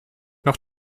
noch